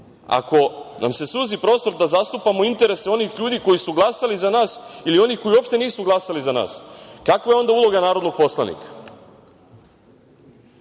ako nam se suzi prostor da zastupamo interese onih ljudi koji su glasali za nas ili onih koji uopšte nisu glasali za nas, kakva je onda uloga narodnog poslanika? Ono